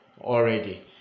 already